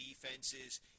defenses